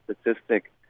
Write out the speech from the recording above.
statistic